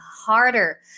harder